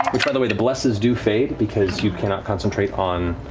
which by the way, the blesses do fade, because you cannot concentrate on